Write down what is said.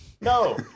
No